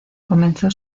comenzó